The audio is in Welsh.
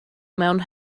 mewn